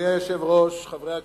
אדוני היושב-ראש, חברי הכנסת,